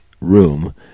room